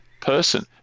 person